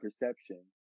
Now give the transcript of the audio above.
perception